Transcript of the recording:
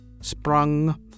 sprung